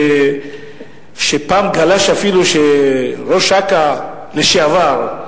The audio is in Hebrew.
שפעם גלש אפילו וראש אכ"א לשעבר,